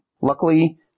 Luckily